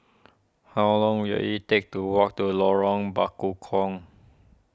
how long will it take to walk to Lorong Bekukong